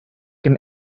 can